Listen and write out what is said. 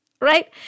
right